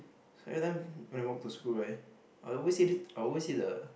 so every time when I walk to school right I always say I always see the